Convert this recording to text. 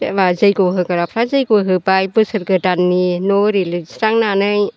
सोरबा जैग' होग्राफ्रा जैग' होबाय बोसोर गोदाननि न' एरि लिरस्रांनानै